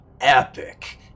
epic